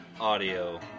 Audio